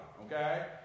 okay